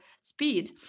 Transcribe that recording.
speed